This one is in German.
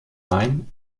main